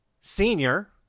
senior